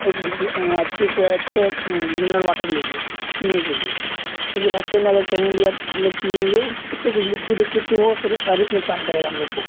एक बिसले अच्छी से अच्छे मिनरल वाटर ले लिए पीने के लिए क्योंकि रास्ते में अगर कहीं भी आप हम लोग पिएंगे इससे कुछ लिक्विड ओक्विड तो वो शारीरिक नुक्सान करेगा हम लोग को